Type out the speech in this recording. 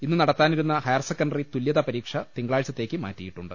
ഇന്ന് നടത്താനിരുന്ന ഹയർസെക്കൻറി തുല്യതാ പരീക്ഷ തിങ്കളാഴ്ചത്തേക്ക് മാറ്റിയിട്ടുണ്ട്